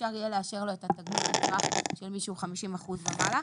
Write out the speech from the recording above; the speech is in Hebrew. אפשר יהיה לאשר לו את הגמלה של מי שהוא 50 אחוזים ומעלה.